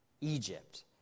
Egypt